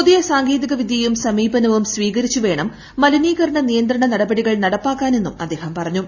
പുതിയ സാങ്കേതികവിദ്യയും സമീപനവും സ്ഥീകരിച്ചു വേണം മലിനീകരണ നിയന്ത്രണ നടപടികൾ നടപ്പാക്കാൻ എന്നും അദ്ദേഹം പറഞ്ഞു